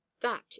That